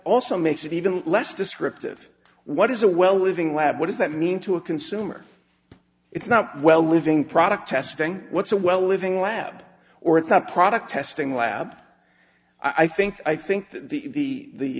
also makes it even less descriptive what is a well living lab what does that mean to a consumer it's not well living product testing what's a well living lab or it's not product testing lab i think i think the